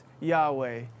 Yahweh